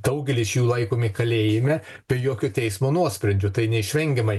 daugelis jų laikomi kalėjime be jokio teismo nuosprendžio tai neišvengiamai